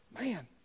Man